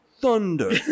thunder